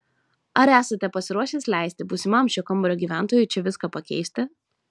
ar esate pasiruošęs leisti būsimam šio kambario gyventojui čia viską pakeisti